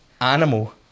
animal